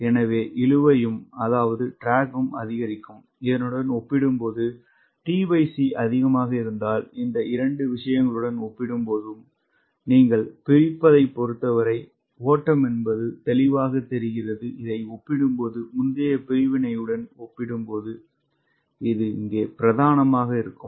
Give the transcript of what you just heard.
எனவே இழுவையும் அதிகரிக்கும் இதனுடன் ஒப்பிடும்போது tc அதிகமாக இருந்தால் இந்த 2 விஷயங்களுடன் ஒப்பிடும்போது நீங்கள் பிரிப்பதைப் பொருத்தவரை ஓட்டம் என்பது தெளிவாகத் தெரிகிறது இதை ஒப்பிடும்போது முந்தைய பிரிவினையுடன் ஒப்பிடும்போது இங்கே பிரதானமாக இருக்கும்